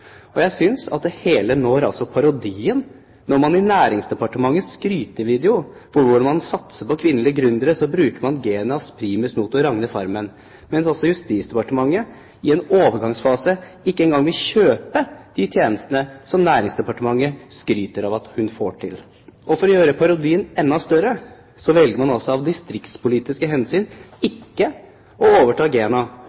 Jeg synes det hele blir en parodi når man i Næringsdepartementets skrytevideo for hvordan man satser på kvinnelige gründere, bruker GENAs primus motor Ragne Farmen, mens Justisdepartementet i en overgangsfase ikke engang vil kjøpe de tjenestene som Næringsdepartementet skryter av at hun får til. Og for å gjøre parodien enda større velger man av distriktspolitiske hensyn